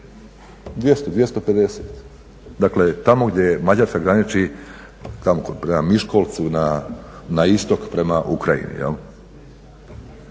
250 dakle tamo gdje Mađarska graniči tamo prema Miškolcu na istok prema Ukrajini.